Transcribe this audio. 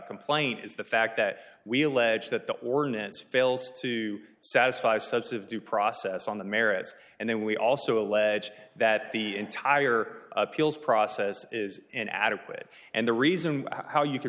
complaint is the fact that we allege that the ordinance fails to satisfy sets of due process on the merits and then we also allege that the entire appeals process is an adequate and the reason how you can